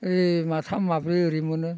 ओइ माथाम माब्रै ओरै मोनो